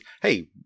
hey